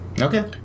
okay